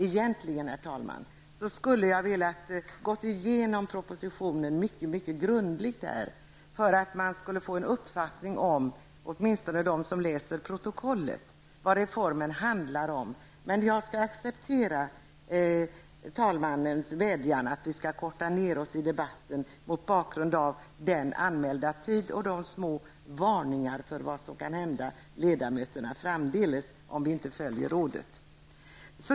Egentligen, herr talman, skulle jag vilja gå igenom propositionen mycket grundligt för att man skulle få en uppfattning om, åtminstone de som läser protokollet, vad reformen handlar om. Men jag skall acceptera talmannens vädjan om att vi skall korta ner oss i debatten mot bakgrund av den anmälda tiden och de små varningar för vad som kan hända ledamöterna framdeles om vi inte följer rådet.